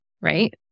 right